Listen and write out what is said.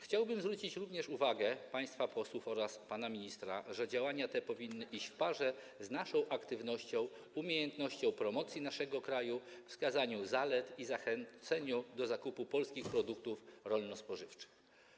Chciałbym również zwrócić uwagę państwa posłów oraz pana ministra na to, że działania te powinny iść w parze z naszą aktywnością, umiejętnością promocji naszego kraju, wskazaniem zalet i zachęceniem do zakupu polskich produktów rolno-spożywczych.